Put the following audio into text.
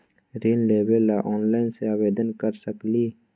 ऋण लेवे ला ऑनलाइन से आवेदन कर सकली?